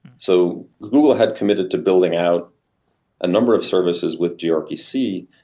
so google had committed to building out a number of services with grpc.